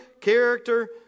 character